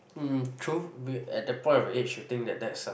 hmm true at the point that age I think that that is a